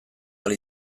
ahal